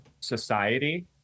society